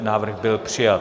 Návrh byl přijat.